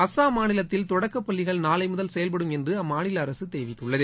அசாம் மாநிலத்தில் தொடக்க பள்ளிகள் நாளை முதல் செயல்படும் என்று அம்மாநில அரசு தெரிவித்துள்ளது